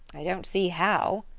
i don't see how,